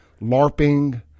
LARPing